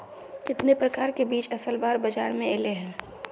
कितने प्रकार के बीज असल बार बाजार में ऐले है?